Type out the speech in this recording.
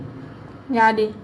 யாரு:yaaru